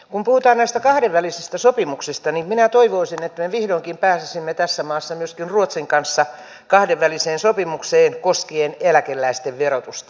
kun puhutaan näistä kahdenvälisistä sopimuksista niin minä toivoisin että me vihdoinkin pääsisimme tässä maassa myöskin ruotsin kanssa kahdenväliseen sopimukseen koskien eläkeläisten verotusta